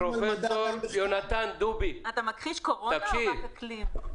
פרופ' יונתן דובי --- אתה מכחיש קורונה או רק אקלים?